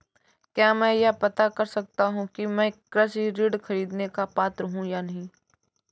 क्या मैं यह पता कर सकता हूँ कि मैं कृषि ऋण ख़रीदने का पात्र हूँ या नहीं?